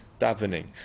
davening